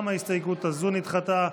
גם ההסתייגות הזו נדחתה.